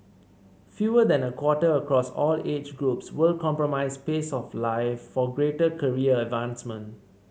fewer than a quarter across all age groups would compromise pace of life for greater career advancement